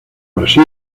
brasil